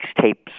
tapes